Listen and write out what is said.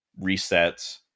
resets